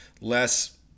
less